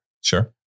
Sure